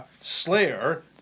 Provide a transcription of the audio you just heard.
Slayer